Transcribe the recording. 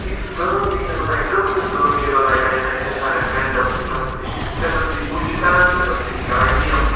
کہِ کٲم تہِ یی نہٕ توٚتانۍ کٕہٕںۍ کٲم یی نہٕ توٚتانۍ کرنہٕ یوٚتانۍ اِنسان آسہِ mental stress free stress free کُس چھِ کَران سٕٹرٛس فِری چھِ کَران گیم